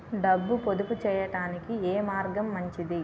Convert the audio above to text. డబ్బు పొదుపు చేయటానికి ఏ మార్గం మంచిది?